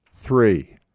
three